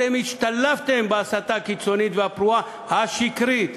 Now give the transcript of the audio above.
אתם השתלבתם בהסתה הקיצונית והפרועה, השקרית.